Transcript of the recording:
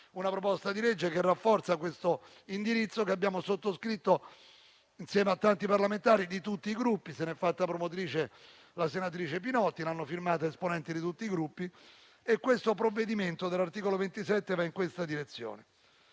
una proposta di legge che rafforzi questo indirizzo, che abbiamo sottoscritto insieme a tanti parlamentari di tutti i Gruppi; se n'è fatta promotrice la senatrice Pinotti e l'hanno firmato esponenti di tutti i Gruppi. Il provvedimento di cui all'articolo 27 va in questa direzione.